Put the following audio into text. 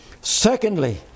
Secondly